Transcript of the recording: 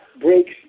breaks